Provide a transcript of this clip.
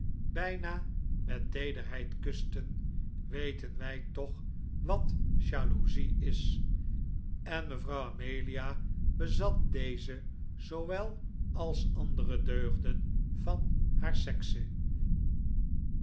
bijna met teederheid kusten weten wij toch wat jaloezie is en mevrouw amelia bezat deze zoowel als andere deugden van haar sekse